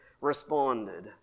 responded